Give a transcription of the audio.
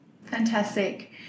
Fantastic